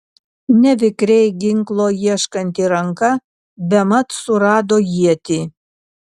nevikriai ginklo ieškanti ranka bemat surado ietį